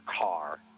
car